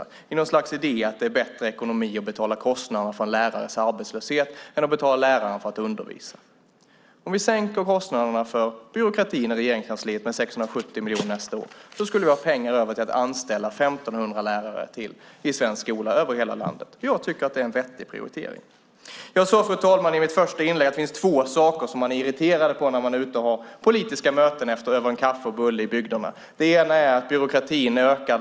Det har skett med något slags idé om att det är bättre ekonomi att betala priset för en lärares arbetslöshet än att betala läraren för att undervisa. Om vi sänkte kostnaderna för byråkratin i Regeringskansliet med 670 miljoner nästa år skulle vi ha pengar över till att anställa ytterligare 1 500 lärare i svensk skola över hela landet. Jag tycker att det är en vettig prioritering. Jag sade i mitt första inlägg, fru talman, att det finns två saker folk är irriterade över när man har politiska möten över en kaffe och bulle ute i bygderna. Det ena är att byråkratin ökar.